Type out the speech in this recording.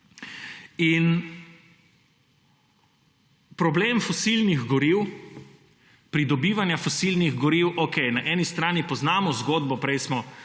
Problem fosilnih goriv, pridobivanja fosilnih goriv, okej. Na eni strani poznamo zgodbo, prej je